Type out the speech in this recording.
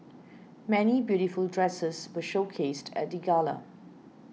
many beautiful dresses were showcased at the gala